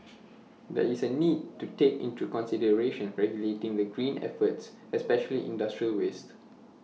there is A need to take into consideration regulating the green efforts especially industrial waste